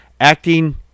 acting